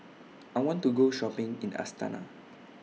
I want to Go Shopping in Astana